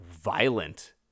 violent